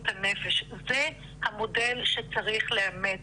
זה המודל שצריך לאמץ,